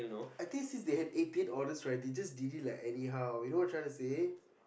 I think since they had eighteen orders right they just did it like anyhow you know what I'm trying to say